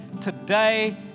today